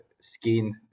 skin